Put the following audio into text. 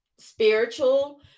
Spiritual